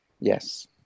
Yes